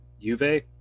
Juve